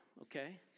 okay